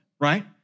right